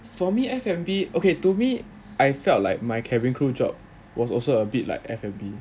for me F&B okay to me I felt like my cabin crew job was also a bit like F&B